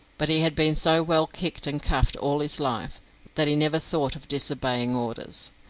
but he had been so well kicked and cuffed all his life that he never thought of disobeying orders.